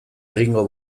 egingo